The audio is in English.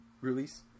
release